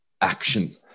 action